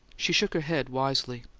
she shook her head wisely.